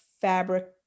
fabric